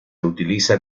utiliza